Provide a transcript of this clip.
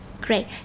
Great